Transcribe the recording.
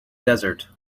desert